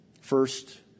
First